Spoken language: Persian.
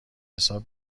حساب